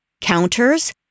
counters